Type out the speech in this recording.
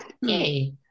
Yay